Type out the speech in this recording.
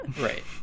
Right